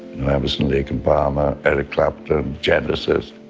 emerson, lake and palmer, eric clapton, genesis.